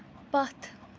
پتھ